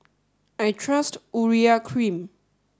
I trust Urea Cream